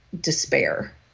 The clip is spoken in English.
despair